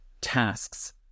tasks